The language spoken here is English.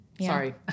Sorry